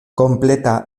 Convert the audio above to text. completa